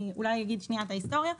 אני אגיד את ההיסטוריה.